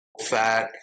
fat